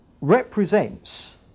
represents